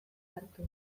hartu